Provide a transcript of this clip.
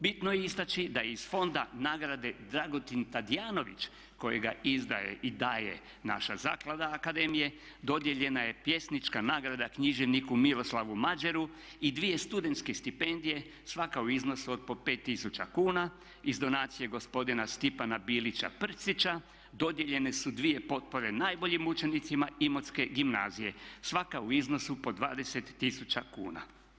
Bitno je istači da iz fonda nagrade Dragutin Tadijanović kojega izdaje i daje naša zaklada akademije dodijeljena je pjesnička nagrada književniku Miroslavu Mađeru i dvije studentske stipendije svaka u iznosu od po 5000 kuna iz donacije gospodina Stipana Bilića Prcića dodijeljene su dvije potpore najboljim učenicima Imotske gimnazije svaka u iznosu po 20 000 kuna.